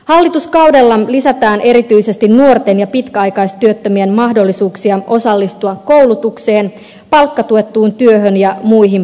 hallituskaudella lisätään erityisesti nuorten ja pitkäaikaistyöttömien mahdollisuuksia osallistua koulutukseen palkkatuettuun työhön ja muihin palveluihin